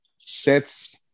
Sets